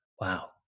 Wow